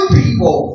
people